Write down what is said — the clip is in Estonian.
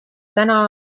täna